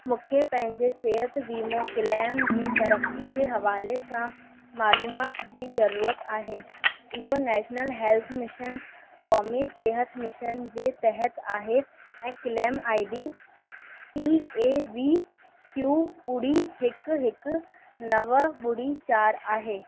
मुखे पंहिंजे सिहतु वीमो क्लेम जी तरक्की जे हवाले सां मालूमात जी ज़रूरत आहे इहो नेशनल हेल्थ मिशन कौमी सिहतु मिशन जे तहतु आहे ऐं claim I D T A V Q ॿुड़ी हिकु हिकु नव ॿुड़ी चारि आहे